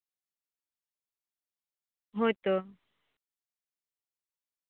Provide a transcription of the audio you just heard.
ᱦᱳᱭᱛᱚ